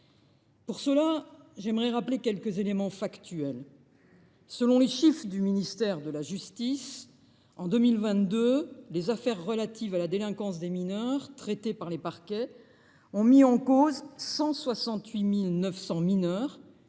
Pour cela, j’aimerais rappeler quelques éléments factuels. Selon les chiffres du ministère de la justice, en 2022, dans les affaires relatives à la délinquance des mineurs traitées par les parquets, 168 900 mineurs